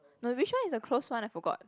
no which one is the close one I forgot